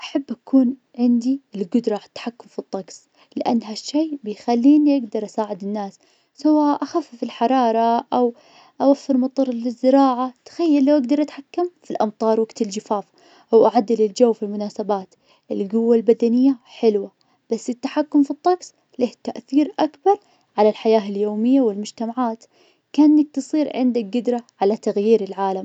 أحب أكون عندي القدرة على التحكم في الطقس, لأن هالشي بيخليني أقدر أساعد الناس, سواء أخفف الحرارة, أو أوفر مطر للزراعة, تخيلو أقدر أتحكم في الأمطار وقت الجفاف, وأعدل الجو في المناسبات, القوة البدنية حلوة, بس التحكم في الطقس له تأثير أكبر على الحياة اليومية والمجتمعات, كانك تصير عندك قدرة على تغيير العالم.